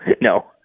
No